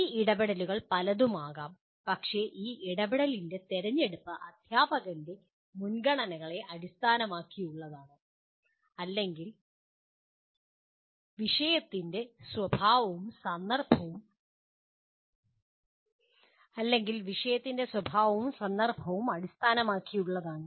ഈ ഇടപെടലുകൾ പലതും ആകാം പക്ഷേ ഈ ഇടപെടലിൻ്റെ തിരഞ്ഞെടുപ്പ് അദ്ധ്യാപകൻ്റെ മുൻഗണനകളെ അടിസ്ഥാനമാക്കിയുള്ളതാണ് അല്ലെങ്കിൽ വിഷയത്തിന്റെ സ്വഭാവവും സന്ദർഭവും അടിസ്ഥാനമാക്കിയുള്ളതാണ്